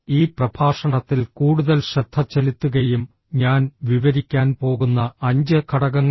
ഈ പ്രഭാഷണത്തിൽ കൂടുതൽ ശ്രദ്ധ ചെലുത്തുകയും ഞാൻ വിവരിക്കാൻ പോകുന്ന അഞ്ച് ഘടകങ്ങളുണ്ട്